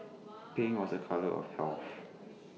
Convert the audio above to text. pink was A colour of health